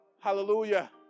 Hallelujah